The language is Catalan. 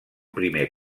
primer